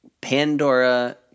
Pandora